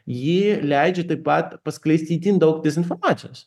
ji leidžia taip pat paskleisti itin daug dezinformacijos